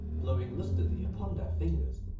blowing lustily upon their fingers,